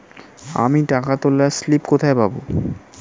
আমি টাকা তোলার স্লিপ কোথায় পাবো?